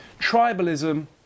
tribalism